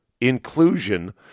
inclusion